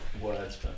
words